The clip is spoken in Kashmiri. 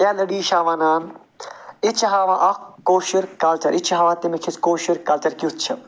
یا لٔڑی شاہ وَنان ییٚتہِ چھِ ہاوان اَکھ کٲشُر کَلچَر ییٚتہِ چھِ ہاوان تٔمِچ اَسہِ کٲشُر کَلچَر کیُتھ چھِ